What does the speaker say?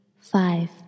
Five